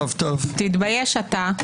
תתבייש אתה.